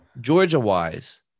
Georgia-wise